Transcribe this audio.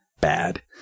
bad